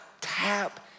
tap